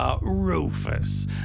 Rufus